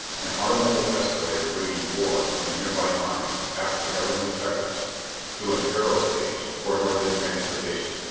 an automatic escalator bringing ore from a nearby mine past the government checkers to an aero stage for northern transportation.